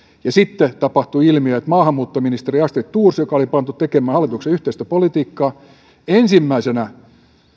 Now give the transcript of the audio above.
sitten tapahtui ilmiö että maahanmuuttoministeri astrid thorsin joka oli pantu tekemään hallituksen yhteistä politiikkaa hylkäsi ensimmäisenä